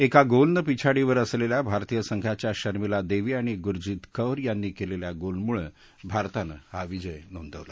एका गोलनं पिछाडीवर असलख्या भारतीय संघाच्या शर्मिला दक्षी आणि गुरजित कौर यांनी कलिल्या गोलमुळभारतानं हा विजय नोंदवला